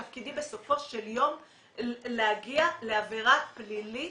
תפקידי בסופו של יום להגיע לעבירה פלילית,